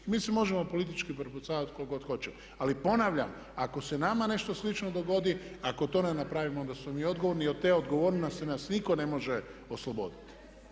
Mi se možemo politički prepucavati koliko god hoćemo, ali ponavljam ako se nama nešto slično dogodi, ako to ne napravimo onda smo mi odgovorni i od te odgovornosti nas nitko ne može osloboditi.